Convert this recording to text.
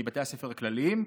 מבתי הספר הכלליים,